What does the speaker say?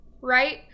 right